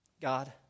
God